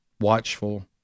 watchful